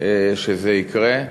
שזה יקרה.